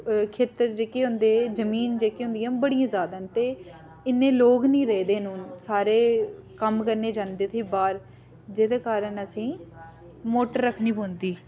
खेत्तर जेह्के होंदे जमीन जेह्की होंदियां बड़ियां ज्यादा न ते इन्नें लोक नी रेह्दे न हून सारे कम्म करने गी जंदे उट्ठी बार जेह्दे कारण असेंगी मोटर रक्खनी पौंदी